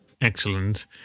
Excellent